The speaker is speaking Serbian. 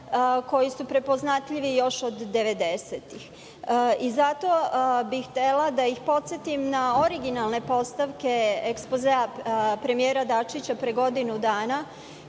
koji su prepoznatljivi još od devedesetih. Zato bi htela da ih podsetim na originalne postavke ekspozea premijera Dačića pre godinu dana,